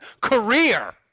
career